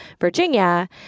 Virginia